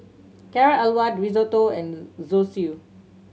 Carrot Halwa Risotto and Zosui